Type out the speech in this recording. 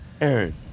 Aaron